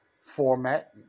format